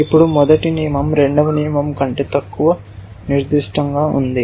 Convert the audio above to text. ఇప్పుడు మొదటి నియమం రెండవ నియమం కంటే తక్కువ నిర్దిష్టంగా ఉంది